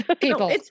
People